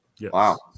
Wow